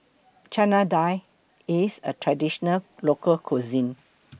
Chana Dal IS A Traditional Local Cuisine